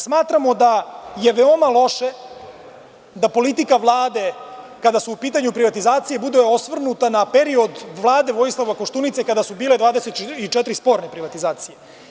Smatramo da je veoma loše da politika Vlade, kada su u pitanju privatizacije, bude osvrnuta na period Vlade Vojislava Koštunice i kada su bile 24 sporne privatizacije.